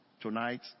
tonight